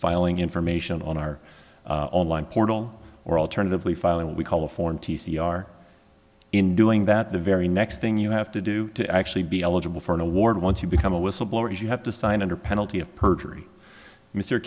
filing information on our online portal or alternatively filing what we call a foreign t c r in doing that the very next thing you have to do to actually be eligible for an award once you become a whistleblower is you have to sign under penalty of perjury mr